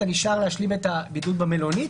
אתה נשאר להשלים את הבידוד במלונית